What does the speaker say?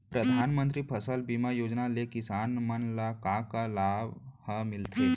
परधानमंतरी फसल बीमा योजना ले किसान मन ला का का लाभ ह मिलथे?